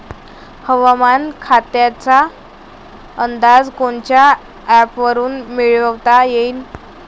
हवामान खात्याचा अंदाज कोनच्या ॲपवरुन मिळवता येईन?